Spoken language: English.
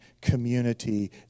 community